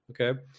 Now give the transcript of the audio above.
Okay